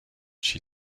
she